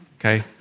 Okay